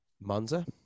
Monza